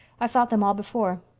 i've thought them all before.